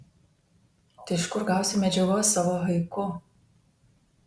tai iš kur gausiu medžiagos savo haiku